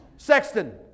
Sexton